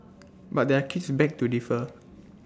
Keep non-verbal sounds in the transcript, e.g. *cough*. *noise* but their kids beg to differ